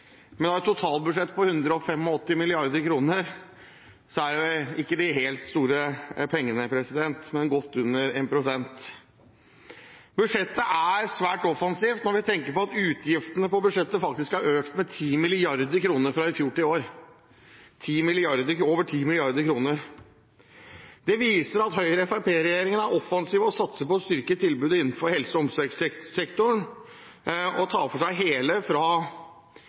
men med et totalbudsjett på 185 mrd. kr er det ikke de helt store pengene, men godt under 1 pst. Budsjettet er svært offensivt, når vi tenker på at utgiftene i budsjettet har økt med over 10 mrd. kr fra i fjor til i år. Det viser at Høyre–Fremskrittsparti-regjeringen er offensiv og satser på å styrke tilbudet innenfor helse- og omsorgssektoren og tar for seg det hele